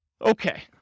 Okay